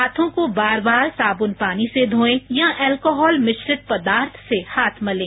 हाथों को बार बार साबुन पानी से धोए या अल्कोहल मिश्रित पदार्थ से हाथ मलें